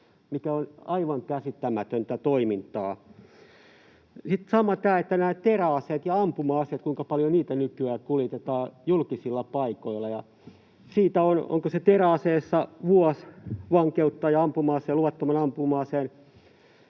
mikä on aivan käsittämätöntä toimintaa. Sama teräaseissa ja ampuma-aseissa: Kuinka paljon niitä nykyään kuljetetaankaan julkisilla paikoilla, ja teräaseessa on, onko se, vuosi vankeutta ja luvattoman ampuma-aseen